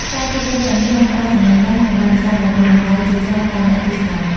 ខ្សែភាពយន្តទាំងនេះបានផ្ដល់ចំណេះដឹង និងបទពិសោធន៍ដ៏មានតម្លៃជាច្រើនដល់អ្នកទស្សនា។